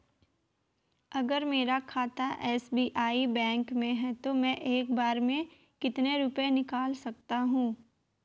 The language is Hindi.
अगर मेरा खाता एस.बी.आई बैंक में है तो मैं एक बार में कितने रुपए निकाल सकता हूँ?